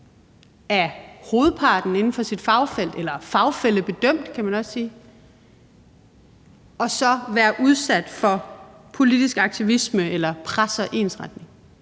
af hovedparten inden for sit fagfelt, fagfællebedømt kan man også sige, og så at være udsat for politisk aktivisme eller pres og ensretning.